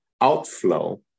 outflow